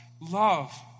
love